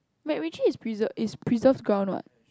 MacRitchie is preserve is preserved ground what